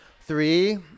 Three